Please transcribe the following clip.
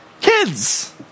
Kids